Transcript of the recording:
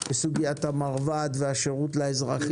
בסוגיית המכון הרפואי לבטיחות בדרכים והשירות לאזרחים,